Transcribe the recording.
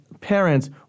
parents